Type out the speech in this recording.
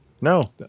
No